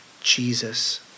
Jesus